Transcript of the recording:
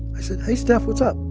i said, hey, steph. what's up?